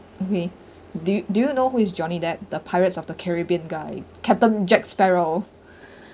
okay do you do you know who is johnny depp the pirates of the caribbean guy captain jack sparrow